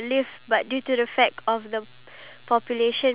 the younger people are going to spend there so